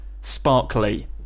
sparkly